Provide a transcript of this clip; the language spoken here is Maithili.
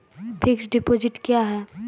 फिक्स्ड डिपोजिट क्या हैं?